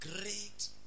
great